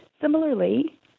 similarly